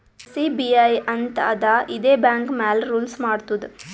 SEBI ಅಂತ್ ಅದಾ ಇದೇ ಬ್ಯಾಂಕ್ ಮ್ಯಾಲ ರೂಲ್ಸ್ ಮಾಡ್ತುದ್